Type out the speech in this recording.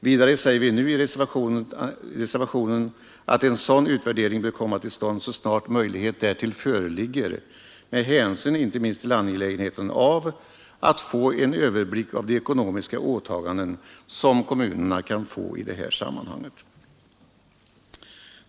Vidare säger vi nu i reservationen att en sådan utvärdering bör komma till stånd så snart möjligheter därtill finns, med hänsyn inte minst till angelägenheten av överblick över de ekonomiska åtaganden som kommunerna kan få i det här sammanhanget.